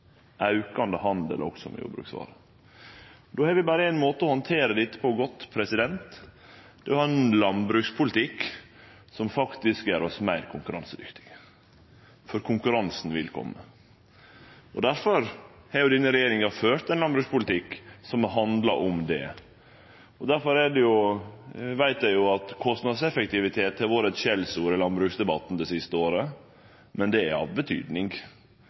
aukande handel òg med jordbruksvarer. Då har vi berre éin måte å handtere dette godt på. Det er ved å ha ein landbrukspolitikk som faktisk gjer oss meir konkurransedyktige, for konkurransen vil kome. Difor har denne regjeringa ført ein landbrukspolitikk som har handla om det. Eg veit at kostnadseffektivitet har vore eit skjellsord i landbruksdebatten det siste året, men det er av betydning